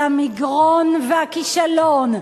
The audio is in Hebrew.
אלא מגרון והכישלון.